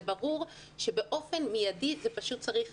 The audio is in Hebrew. זה ברור שבאופן מיידי פשוט צריך